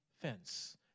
fence